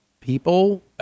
people